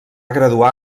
graduar